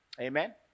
Amen